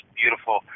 beautiful